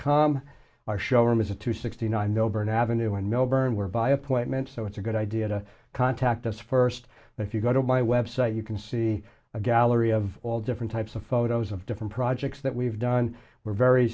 com our showroom is a two sixty nine over an avenue in melbourne were by appointment so it's a good idea to contact us first if you go to my website you can see a gallery of all different types of photos of different projects that we've done we're very